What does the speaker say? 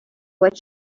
what